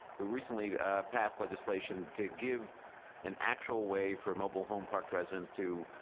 who recently passed legislation to give an actual way for mobile home park residents to